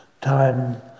time